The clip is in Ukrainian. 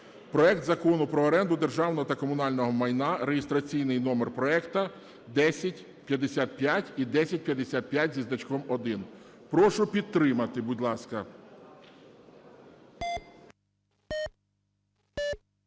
проект Закону про оренду державного та комунального майна (реєстраційний номер проекту 1055 і 1055 зі значком один). Прошу підтримати, будь ласка.